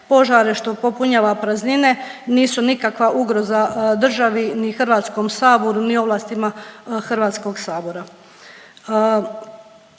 požare, što popunjava praznine, nisu nikakva ugroza državi ni HS-u ni ovlastima HS-a.